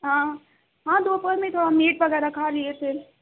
ہاں ہاں دوپہر میں تھوڑا میٹ وغیرہ کھا لیے تھے